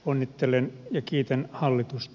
onnittelen ja kiitän hallitusta